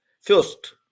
first